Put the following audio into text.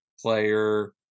player